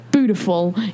Beautiful